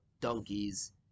donkeys